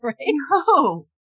No